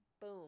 boom